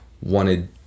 wanted